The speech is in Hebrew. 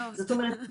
זאת אומרת,